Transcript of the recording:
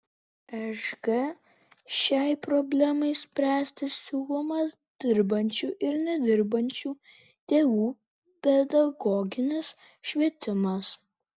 šg šiai problemai spręsti siūlomas dirbančių ir nedirbančių tėvų pedagoginis švietimas